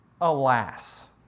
alas